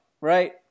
right